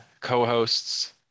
co-hosts